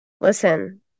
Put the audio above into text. Listen